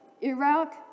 Iraq